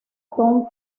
tom